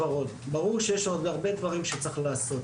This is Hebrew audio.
ברור שיש עוד הרבה דברים שצריך לעשות,